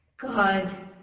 God